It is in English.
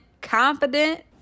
confident